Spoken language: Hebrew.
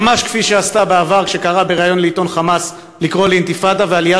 ממש כפי שעשתה בעבר בריאיון לעיתון "חמאס" כשקראה לאינתיפאדה ולעלייה